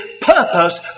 purpose